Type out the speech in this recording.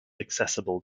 accessible